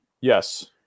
Yes